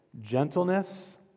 gentleness